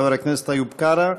חבר הכנסת איוב קרא,